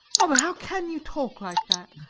mother, how can you talk like that?